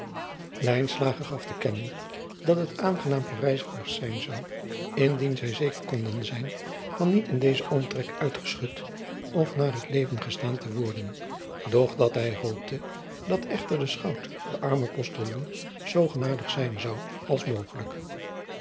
gaf te kennen dat het aangenaam voor reizigers zijn zou indien zij zeker konden zijn van niet in dezen omtrek uitgeschud of naar het leven gestaan te worden doch dat hij hoopte dat echter de chout den armen ostiljon zoo genadig zijn zou als mogelijk